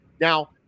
Now